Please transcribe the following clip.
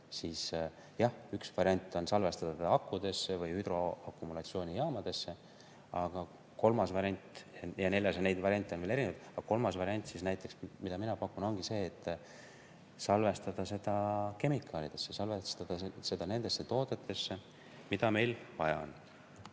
jah, üks variant on salvestada seda kas akudesse või hüdroakumulatsioonijaamadesse. Aga on ka kolmas variant ja neljas, neid variante on veel erinevaid. Ja kolmas variant, mida mina pakun, ongi see, et salvestada seda kemikaalidesse, salvestada seda nendesse toodetesse, mida meil vaja on.Me